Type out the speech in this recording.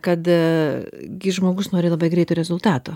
kad a gi žmogus nori labai greito rezultato